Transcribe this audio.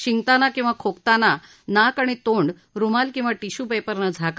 शिंकताना किंवा खोकताना नाक आणि तोंड रुमाल किंवा टिश्यू पेपरनं झाका